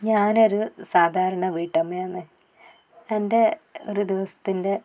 ഞാനൊരു സാധാരണ വീട്ടമ്മയാണ് എൻ്റെ ഒരു ദിവസത്തിൻ്റെ